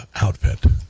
outfit